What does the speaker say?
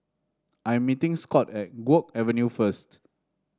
I am meeting Scot at Guok Avenue first